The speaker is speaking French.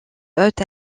haute